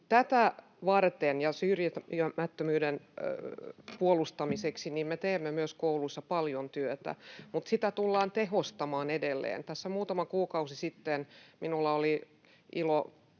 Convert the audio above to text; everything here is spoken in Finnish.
Tätä varten ja syrjimättömyyden puolustamiseksi me teemme myös kouluissa paljon työtä, ja sitä tullaan tehostamaan edelleen. Tässä muutama kuukausi sitten minulla oli ilo